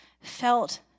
felt